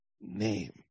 name